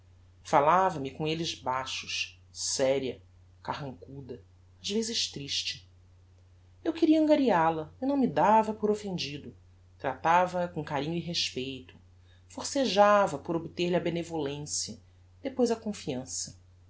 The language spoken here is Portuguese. falava-me com elles baixos séria carrancuda ás vezes triste eu queria angarial a e não me dava por offendido tratava a com carinho e respeito forcejava por obter lhe a benevolencia depois a confiança